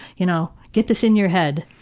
you know? get this in your head!